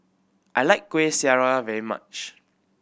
I like Kueh Syara very much